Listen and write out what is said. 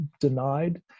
denied